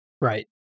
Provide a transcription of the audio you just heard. Right